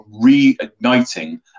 reigniting